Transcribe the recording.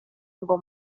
ngo